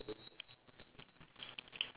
mmhmm